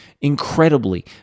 incredibly